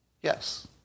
Yes